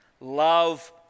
love